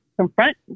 confront